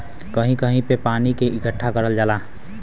कहीं कहीं पे पानी के इकट्ठा करल जाला